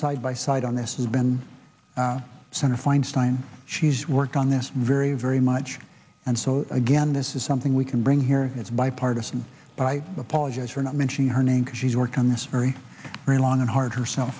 side by side on this and been sort of feinstein she's worked on this very very much and so again this is something we can bring here it's bipartisan but i apologize for not mentioning her name because she's worked on this very very long and hard herself